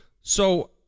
So-